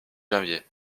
janvier